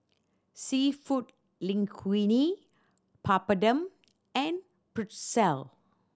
Seafood Linguine Papadum and Pretzel